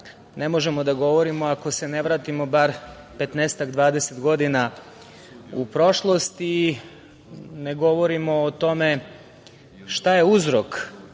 ne možemo da govorimo ako se ne vratimo bar 15 -20 godina u prošlost i ne govorimo o tome šta je uzrok,